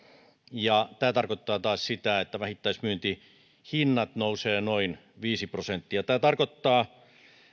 ja tämä tarkoittaa taas sitä että vähittäismyyntihinnat nousevat noin viisi prosenttia tämä tarkoittaa